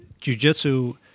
jujitsu